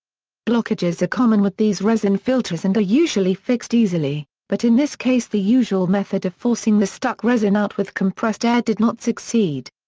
blockages are common with these resin filters and are usually fixed easily, but in this case the usual method of forcing the stuck resin out with compressed air did not succeed.